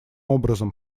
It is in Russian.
образом